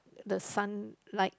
the sunlight